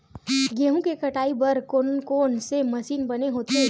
गेहूं के कटाई बर कोन कोन से मशीन बने होथे?